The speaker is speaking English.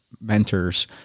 mentors